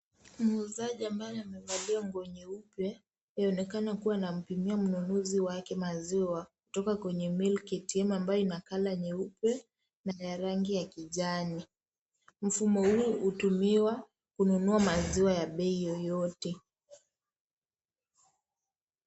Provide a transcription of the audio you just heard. Muuzaji ambaye amevalia nguo nyeupe, yaonekana kuwa anampimia mnunuzi wake maziwa. Kutoka kwenye milk Atm ambayo ina colour nyeupe na ya rangi ya kijani. Mfumo huu hutumiwa kununua maziwa ya bei yoyote.